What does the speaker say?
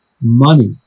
money